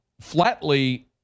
flatly